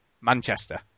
Manchester